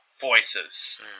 voices